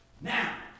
now